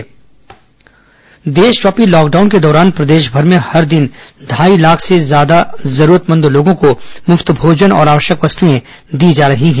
corona राज्य खबर देशव्यापी लॉकडाउन के दौरान प्रदेशमर में हर दिन ढ़ाई लाख से अधिक जरूरतमंद लोगों को मुफ्त भोजन और आवश्यक वस्तुएं दी जा रही हैं